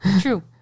True